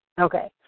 Okay